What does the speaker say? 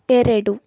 ಎರಡು